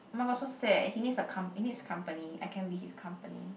oh-my-god so sad he needs a cpm~ he needs company I can be his company